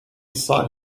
sought